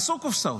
עשו קופסאות,